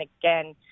again